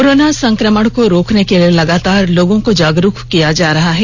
corona संक्रमण को रोकने के लिए लगातार लोगों को जागरूक किया जा रहा है